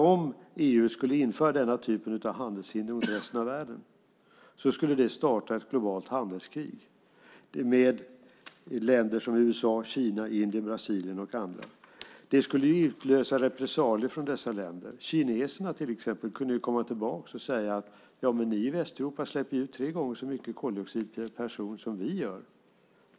Om EU skulle införa denna typ av handelshinder mot resten av världen skulle det starta ett globalt handelskrig med länder som USA, Kina, Indien, Brasilien och andra. Det skulle utlösa repressalier från dessa länder. Kineserna till exempel skulle kunna komma tillbaka och säga att vi i Västeuropa släpper ut tre gånger så mycket koldioxid per person som de gör.